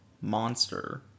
monster